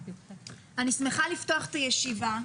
אני שמחה לפתוח את הישיבה.